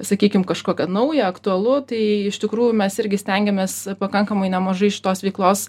sakykim kažkokia nauja aktualu tai iš tikrųjų mes irgi stengiamės pakankamai nemažai šitos veiklos